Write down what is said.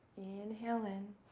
inhale in